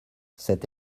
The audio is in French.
cet